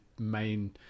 main